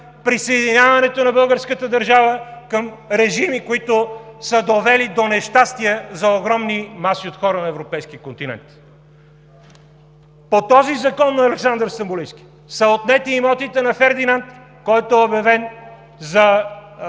присъединяването на българската държава към режими, които са довели до нещастия за огромни маси от хора на европейския континент. По този закон на Александър Стамболийски са отнети имотите на Фердинанд, който абдикира